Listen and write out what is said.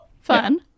Fun